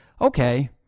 okay